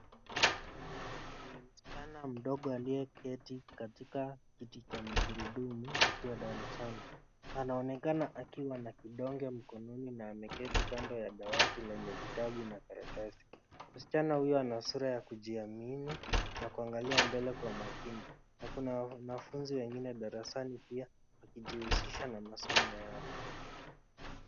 Ni msichana mdogo aliyeketi katika kiti cha magurudumu, akiwa darasani. Anaonekana akiwa na kidonge mkononi na ameketi kando ya dawati lenye vitabu na karatasi. Msichana huyo ana sura ya kujiamini na kuangalia mbele kwa makini, na kuna wanafunzi wengine darasani pia, wakijihusisha na masomo yao.